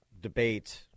debate